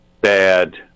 bad